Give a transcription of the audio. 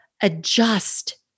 adjust